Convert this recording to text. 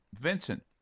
Vincent